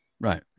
Right